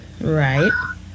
right